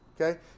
Okay